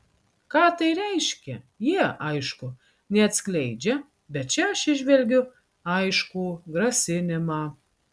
ką tai reiškia jie aišku neatskleidžia bet čia aš įžvelgiu aiškų grasinimą